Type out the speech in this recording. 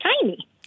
tiny